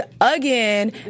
again